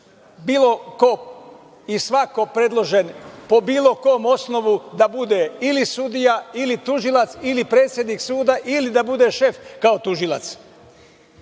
bilo ko i svako predložen po bilo kom osnovu da bude ili sudija ili tužilac ili predsednik suda ili da bude šef kao tužilac. Ponovo